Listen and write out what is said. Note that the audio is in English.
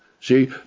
See